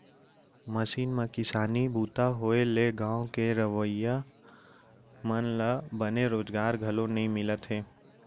machine म किसानी बूता होए ले गॉंव के रहवइया मन ल बने रोजगार घलौ नइ मिलत हे